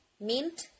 mint